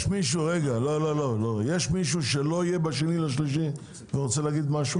יש מישהו שלא יהיה ב-2 במרץ ורוצה להגיד משהו?